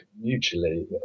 mutually